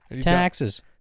Taxes